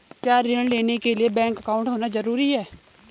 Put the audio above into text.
क्या ऋण लेने के लिए बैंक अकाउंट होना ज़रूरी है?